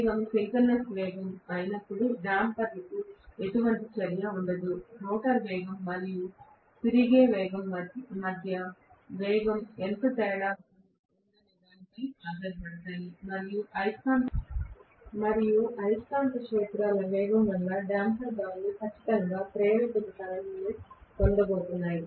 వేగం సింక్రోనస్ వేగం అయినప్పుడు డేంపర్కు ఎటువంటి చర్య ఉండదు రోటర్ వేగం మరియు తిరిగే మధ్య వేగం ఎంత తేడా ఉందనే దానిపై ఆధారపడి మరియు అయస్కాంత క్షేత్రాల వేగం వల్ల డేంపర్ బార్లు ఖచ్చితంగా ప్రేరిత కరెంట్ లను పొందబోతున్నాయి